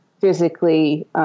physically